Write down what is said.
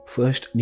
First